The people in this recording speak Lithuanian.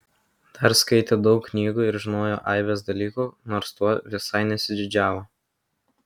dar skaitė daug knygų ir žinojo aibes dalykų nors tuo visai nesididžiavo